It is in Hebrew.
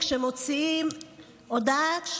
כשמוציאים הודעה,